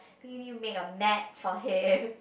think you need to make a map for him